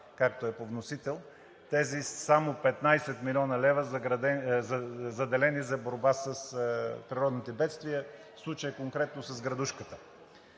както е по вносител, тези само 15 млн. лв., заделени за борба с природните бедствия, в случая конкретно с градушката.